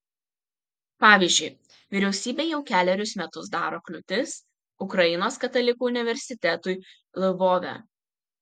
pavyzdžiui vyriausybė jau kelerius metus daro kliūtis ukrainos katalikų universitetui lvove